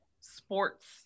sports